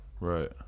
Right